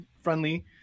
friendly